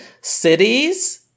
cities